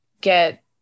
get